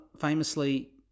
famously